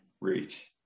Reach